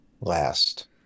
last